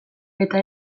eta